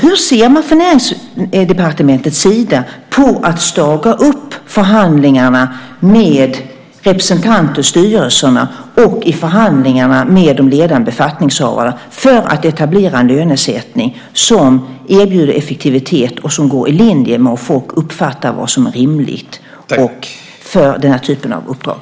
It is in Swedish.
Hur ser man från Näringsdepartementets sida på att staga upp förhandlingarna med representanter i styrelserna och i förhandlingarna med de ledande befattningshavarna för att etablera en lönesättning som erbjuder effektivitet och går i linje med vad människor uppfattar som rimligt för den typen av uppdrag?